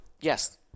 Yes